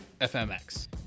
FMX